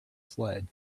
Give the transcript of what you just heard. sled